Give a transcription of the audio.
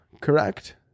Correct